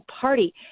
party